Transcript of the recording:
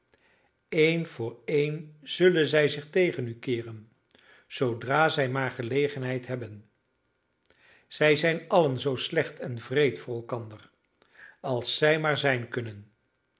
een voor een zullen zij zich tegen u keeren zoodra zij maar gelegenheid hebben zij zijn allen zoo slecht en wreed voor elkander als zij maar zijn kunnen